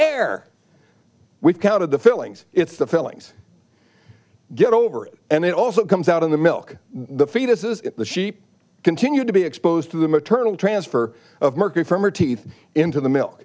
air we've counted the fillings it's the fillings get over it and it also comes out in the milk the fetus is the sheep continue to be exposed to the maternal transfer of mercury from her teeth into the mil